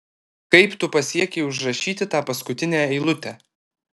kaip tu pasiekei užrašyti tą paskutinę eilutę